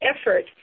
effort